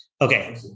Okay